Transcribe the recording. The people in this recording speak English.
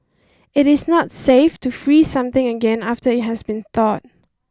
it is not safe to freeze something again after it has been thawed